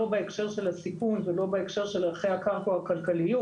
לא בהקשר של הסיכון ולא בהקשר של ערכי הקרקע או הכלכליות,